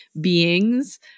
beings